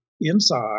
inside